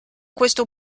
questo